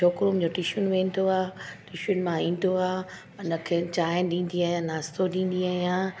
छोकिरो मुंहिंजो टुशन वेंदो आहे टुशन मां ईंदो आहे उनखे चाहिं ॾींदी आहियां नाश्तो ॾींदी आहियां